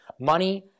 Money